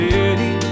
City